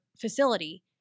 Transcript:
facility